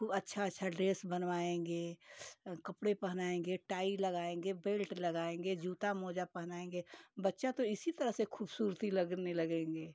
खूब अच्छा अच्छा ड्रेस बनवाएंगे कपड़े पहनाएंगे टाई लगाएंगे बेल्ट लगाएँगे जूता मोज़ा पहनाएंगे बच्चा तो इसी तरह से खूबसूरती लगने लगेंगे